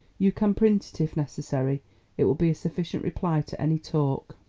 you can print it if necessary it will be a sufficient reply to any talk.